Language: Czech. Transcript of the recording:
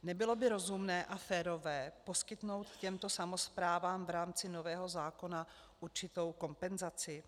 Nebylo by rozumné a férové poskytnout těmto samosprávám v rámci nového zákona určitou kompenzaci?